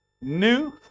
new